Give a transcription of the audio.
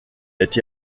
été